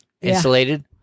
insulated